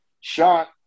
shot